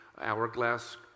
hourglass